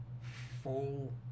full